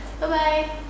Bye-bye